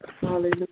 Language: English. Hallelujah